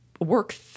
work